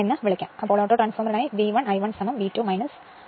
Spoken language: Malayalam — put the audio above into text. അതിനാൽ ഓട്ടോട്രാൻസ്ഫോർമറിനായി V1 I1 V2 V2 I2 യഥാർത്ഥത്തിൽ ഇത് നോക്കുക